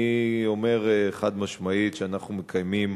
אני אומר חד-משמעית שאנחנו מקיימים,